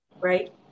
right